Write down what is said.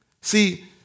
See